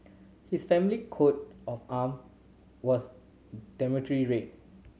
his family coat of arm was dominantly red